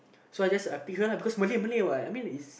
so I just because Malay Malay what I mean it's